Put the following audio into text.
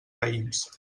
raïms